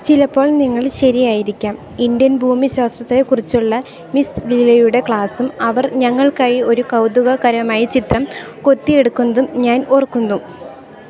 ചിലപ്പോൾ നിങ്ങള് ശരിയായിരിക്കാം ഇന്ത്യൻ ഭൂമിശാസ്ത്രത്തെക്കുറിച്ചുള്ള മിസ് ലീലയുടെ ക്ലാസും അവർ ഞങ്ങൾക്കായി ഒരു കൗതുകകരമായ ചിത്രം കൊത്തിയെടുക്കുന്നതും ഞാനോർക്കുന്നു